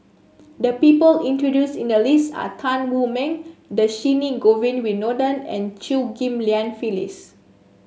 the people included in the list are Tan Wu Meng Dhershini Govin Winodan and Chew Ghim Lian Phyllis